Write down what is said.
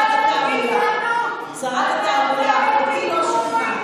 במדינת ישראל בגלל ההחלטה לחסל את הדמוקרטיה?